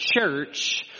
church